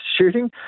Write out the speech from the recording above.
shooting